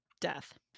death